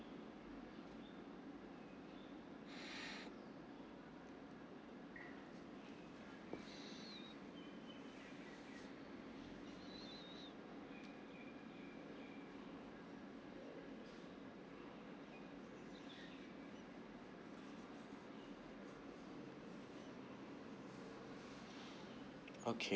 okay